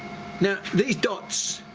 now these dots,